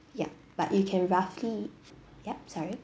yup but you can roughly yup sorry